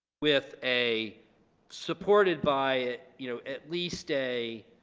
with a supported by you know at least a